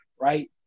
right